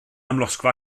amlosgfa